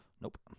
Nope